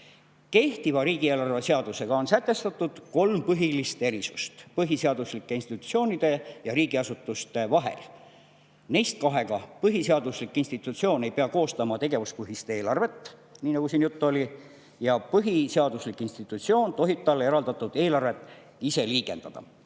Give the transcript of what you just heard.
Kehtiva riigieelarve seadusega on sätestatud kolm põhilist erisust põhiseaduslike institutsioonide ja riigiasutuste vahel. Neist kaks [näevad ette, et] põhiseaduslik institutsioon ei pea koostama tegevuspõhist eelarvet, nii nagu siin juttu oli, ja põhiseaduslik institutsioon tohib talle eraldatud eelarvet ise liigendada.